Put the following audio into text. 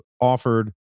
offered